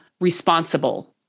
responsible